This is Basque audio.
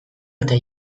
eta